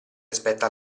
aspetta